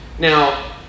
Now